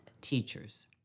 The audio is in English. teachers